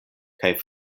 kaj